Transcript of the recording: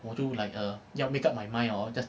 我就 like err 要 make up my mind hor just